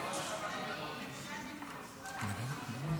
אדוני.